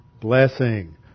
Blessing